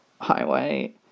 highway